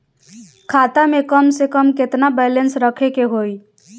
खाता में कम से कम केतना बैलेंस रखे के होईं?